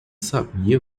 sabia